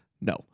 No